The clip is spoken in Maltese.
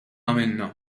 għamilna